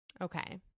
okay